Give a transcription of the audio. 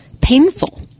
painful